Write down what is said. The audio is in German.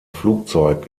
flugzeug